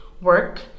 work